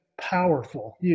powerful